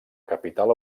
capital